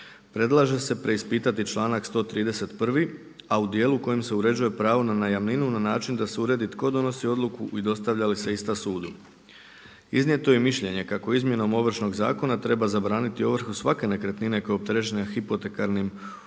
Predlaže se preispitati članak 131., a u dijelu u kojem se uređuje pravo na najamninu na način da se uredi tko donosi odluku i dostavlja li se ista sudu. Iznijeto je mišljenje kako izmjenom Ovršnog zakona treba zabraniti ovrhu svake nekretnine koja je opterećena hipotekom